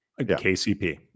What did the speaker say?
KCP